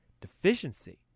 deficiency